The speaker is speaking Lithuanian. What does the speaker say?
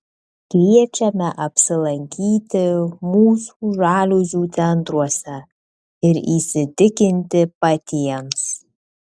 kviečiame apsilankyti mūsų žaliuzių centruose ir įsitikinti patiems